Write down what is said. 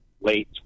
late